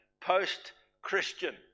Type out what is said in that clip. post-Christian